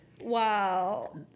Wow